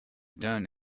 done